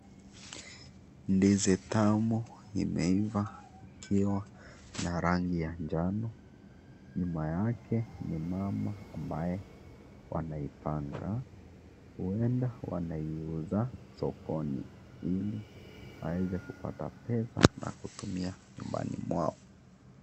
Ndizi tamu imeiva ikiwa na rangi ya njano. Nyuma yake ni mama ambaye wanaipanga, huenda waniuza sokoni ili waweze kupata pesa ya kutumia nyumbani mwao.